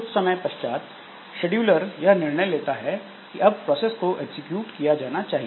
कुछ समय पश्चात शेड्यूलर यह निर्णय लेता है कि अब प्रोसेस को एग्जीक्यूट किया जाना चाहिए